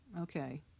okay